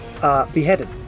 Beheaded